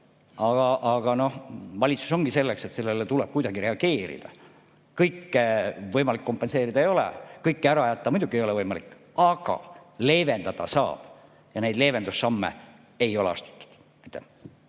Aga valitsus ongi selleks, et sellele tuleb kuidagi reageerida. Kõike kompenseerida ei ole võimalik, kõike ära jätta muidugi ei ole võimalik, aga leevendada saab. Neid leevendussamme ei ole astutud.